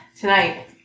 tonight